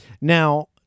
Now